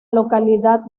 localidad